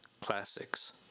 classics